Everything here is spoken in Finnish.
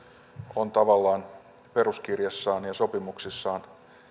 on tavallaan peruskirjassaan ja sopimuksissaan